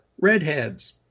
redheads